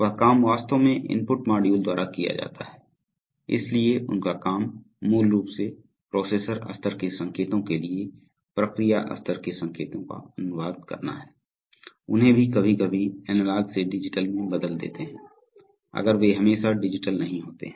वह काम वास्तव में इनपुट मॉड्यूल द्वारा किया जाता है इसलिए उनका काम मूल रूप से प्रोसेसर स्तर के संकेतों के लिए प्रक्रिया स्तर के संकेतों का अनुवाद करना है उन्हें भी कभी कभी एनालॉग से डिजिटल में बदल देते हैं अगर वे हमेशा डिजिटल नहीं होते हैं